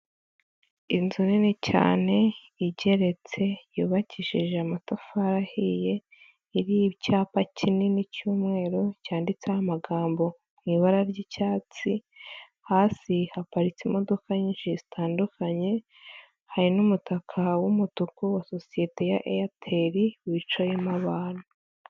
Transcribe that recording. Inzu nini cyane igeretse yubakishije amatafari ahiye, iriho icyapa kinini cy'umweru, cyanditseho amagambo mu ibara ry'icyatsi, hasi haparitse imodoka nyinshi zitandukanye, hari n'umutaka w'umutuku wa sosiyete ya Airtel wicayemo abantu.